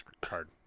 card